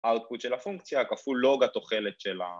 ‫הערכות של הפונקציה, כפול, ‫לוג התוחלת של ה...